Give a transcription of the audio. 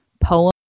poem